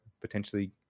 potentially